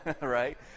right